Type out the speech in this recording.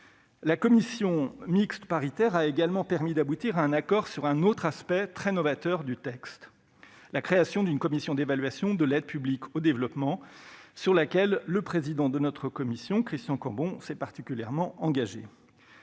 La commission mixte paritaire a également permis d'aboutir à un accord sur un autre aspect très novateur du texte : la création d'une commission d'évaluation de l'aide publique au développement, sujet sur lequel le président de notre commission, Christian Cambon, s'est particulièrement engagé.